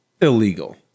illegal